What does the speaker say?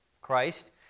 Christ